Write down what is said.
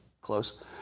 close